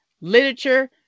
literature